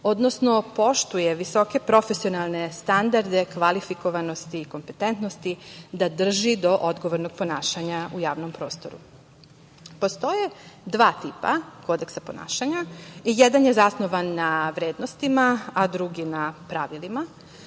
odnosno poštuje visoke profesionalne standarde, kvalifikovanosti, kompetentnosti da drži do odgovornog ponašanja u javnom prostoru. Postoje dva tipa kodeksa ponašanja. Jedan je zasnovan na vrednostima, a drugi na pravilima.